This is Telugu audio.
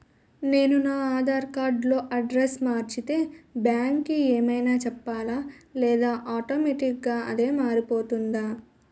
నేను నా ఆధార్ కార్డ్ లో అడ్రెస్స్ మార్చితే బ్యాంక్ కి ఏమైనా చెప్పాలా లేదా ఆటోమేటిక్గా అదే మారిపోతుందా?